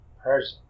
person